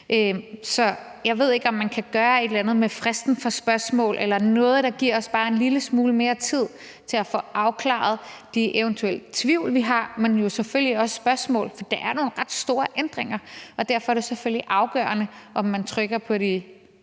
på. Jeg ved ikke, om man kan gøre et eller andet med fristen for spørgsmål eller noget, der giver os bare en lille smule mere tid til at få afklaret den eventuelle tvivl, vi har, men jo selvfølgelig også til spørgsmål, for det er nogle ret store ændringer. Derfor er det selvfølgelig afgørende, om man trykker på de